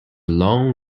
long